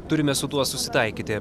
turime su tuo susitaikyti